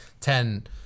ten